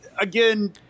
again